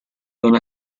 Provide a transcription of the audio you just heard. una